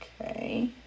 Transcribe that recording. Okay